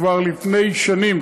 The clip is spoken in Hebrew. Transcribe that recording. כבר לפני שנים,